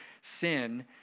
sin